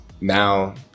now